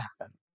happen